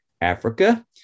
Africa